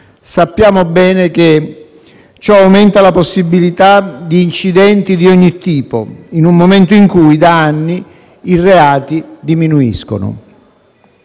Sappiamo bene che ciò aumenta la possibilità di incidenti di ogni tipo, in un momento in cui, da anni, i reati diminuiscono.